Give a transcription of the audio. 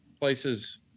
places